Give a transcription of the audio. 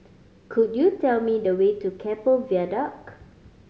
could you tell me the way to Keppel Viaduct